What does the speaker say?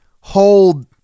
hold